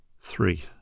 three